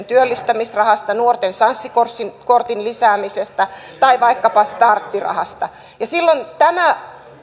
työllistämisrahasta nuorten sanssi kortin kortin lisäämisestä tai vaikkapa starttirahasta ja silloin tämä